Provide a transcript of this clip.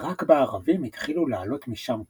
ורק בערבים התחילו לעלות משם קולות.